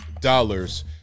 dollars